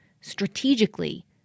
strategically